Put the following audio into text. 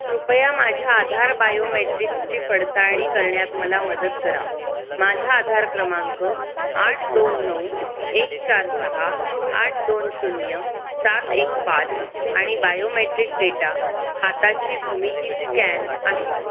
कृपया माझ्या आधार बायोमेट्रिक्सची पडताळणी करण्यात मला मदत करा माझा आधार क्रमांक आठ दोन नऊ एक चार सहा आठ दोन शून्य सात एक पाच आणि बायोमेट्रिक डेटा हाताची भूमिती स्कॅन आहे